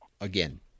Again